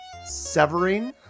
Severing